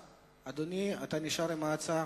אדוני, אתה נשאר עם ההצעה?